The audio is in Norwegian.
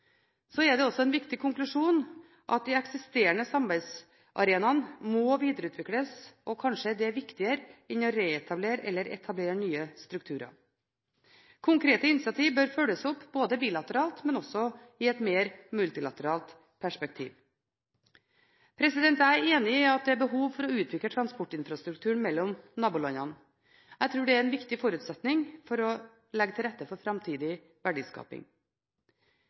er også en viktig konklusjon at de eksisterende samarbeidsarenaene må videreutvikles, og kanskje er det viktigere enn å reetablere strukturer eller etablere nye. Konkrete initiativer bør følges opp både bilateralt og i et mer multilateralt perspektiv. Jeg er enig at det er behov for å utvikle transportinfrastrukturen mellom nabolandene. Jeg tror det er en viktig forutsetning for å legge til rette for framtidig verdiskaping.